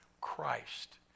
Christ